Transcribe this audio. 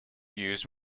used